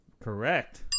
correct